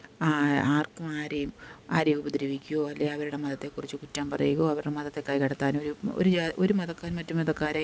ആർക്കും ആരെയും ആരെയും ഉപദ്രവിക്കുവോ അല്ലേ അവരുടെ മതത്തെക്കുറിച്ച് കുറ്റം പറയുകയോ അവരുടെ മതത്തെ കൈകടത്താനൊരു ഒരു ഒരു മതക്കാർ മറ്റു മതക്കാരെ